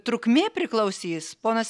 trukmė priklausys ponas